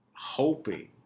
hoping